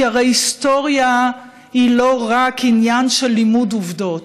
כי הרי היסטוריה היא לא רק עניין של לימוד עובדות,